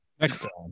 Excellent